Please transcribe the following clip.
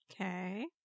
Okay